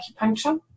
acupuncture